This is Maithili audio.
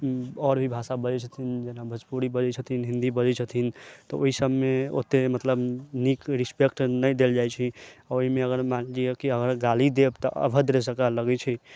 आओर भी भाषा बजै छथिन जेना भोजपुरी बजै छथिन हिन्दी बजै छथिन तऽ ओहि सबमे ओते मतलब नीक रिस्पेक्ट नहि देल जाइ छी ओहिमे अगर मानि लिअ कि गाली देब तऽ अभद्र जेकाँ लगै छै